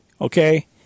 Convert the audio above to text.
okay